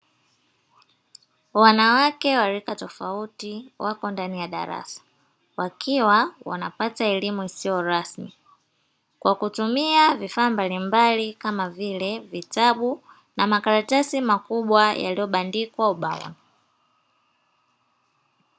Wanawake wa rika tofauti wako ndani ya darasa, wakiwa wanapata elimu isiyo rasmi kwa kutumia vifaa mbalimbali kama vile vitabu na makaratasi makubwa yaliyobandikwa ubaoni.